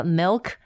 milk